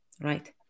right